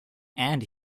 and